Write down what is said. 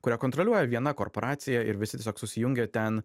kurią kontroliuoja viena korporacija ir visi tiesiog susijungia ten